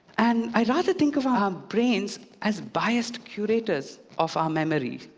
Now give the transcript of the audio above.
and i rather think of our brains as biased curators of our memory,